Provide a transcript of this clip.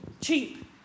cheap